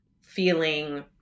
feeling